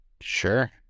Sure